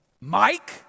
Mike